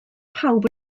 pawb